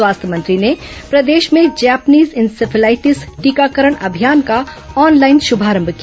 स्वास्थ्य मंत्री ने प्रदेश में जैपनीज इंसेफेलाइटिस टीकाकरण अभियान का ऑनलाइन शुभारंभ किया